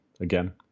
again